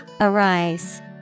Arise